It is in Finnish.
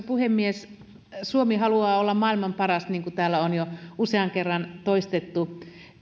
puhemies suomi haluaa olla maailman paras niin kuin täällä on jo usean kerran toistettu